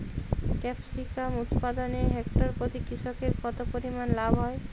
Capsicum উৎপাদনে hectare প্রতি কৃষকের কত পরিমান লাভ হয়?